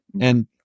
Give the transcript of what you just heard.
And-